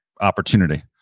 opportunity